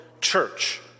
church